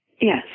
Yes